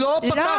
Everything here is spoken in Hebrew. רגע.